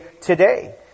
today